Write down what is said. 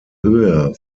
höhe